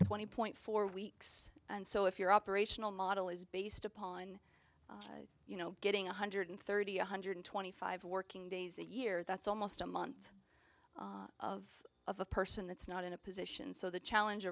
twenty point four weeks and so if you're operational model is based upon you know getting one hundred thirty one hundred twenty five working days a year that's almost a month of of a person that's not in a position so the challenge